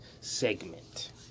segment